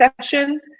session